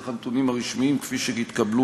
אלה הנתונים הרשמיים כפי שהתקבלו